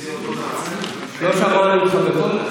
זה אותו דבר, לא שמענו אותך.